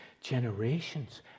generations